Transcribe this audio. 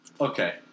Okay